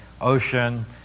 ocean